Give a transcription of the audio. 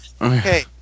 Okay